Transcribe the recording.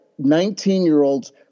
19-year-olds